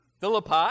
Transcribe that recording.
Philippi